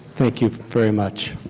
thank you very much.